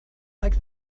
like